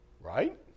Right